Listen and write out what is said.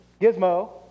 gizmo